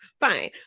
fine